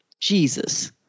Jesus